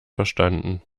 verstanden